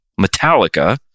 Metallica